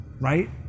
right